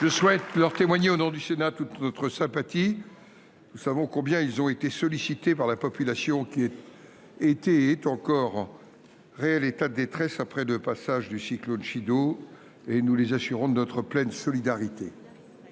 Je souhaite leur témoigner, au nom du Sénat, toute notre sympathie. Nous savons combien ils ont été sollicités par la population qui était – et reste – en état de détresse après le passage du cyclone Chido. Je veux les assurer de notre pleine solidarité.